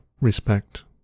respect